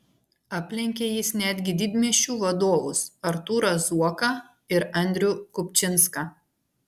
aplenkė jis netgi didmiesčių vadovus artūrą zuoką ir andrių kupčinską